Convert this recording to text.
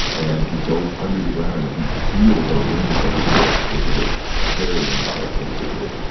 and he goes under the ground and he steals a ring from a corpse, which is a very impious thing to do.